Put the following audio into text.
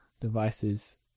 devices